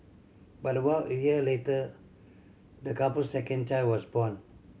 but about a year later the couple's second child was born